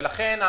ולכן,